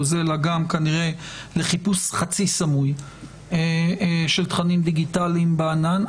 אלא גם כנראה לחיפוש חצי סמוי של תכנים דיגיטליים בענן,